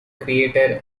creator